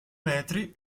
metri